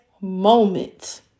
moment